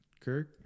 kirk